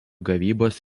gavybos